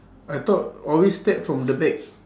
I thought always stab from the back